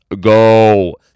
go